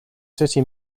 city